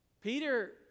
Peter